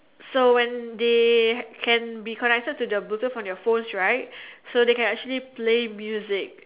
so when they can be connected to the Bluetooth on their phones right so they can actually play music